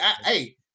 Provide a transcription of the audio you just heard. Hey